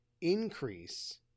increase